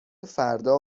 فردا